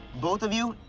both of you,